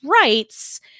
rights